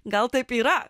gal taip yra